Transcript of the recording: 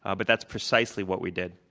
ah but that's precisely what we did.